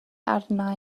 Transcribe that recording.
arna